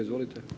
Izvolite.